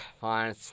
Fine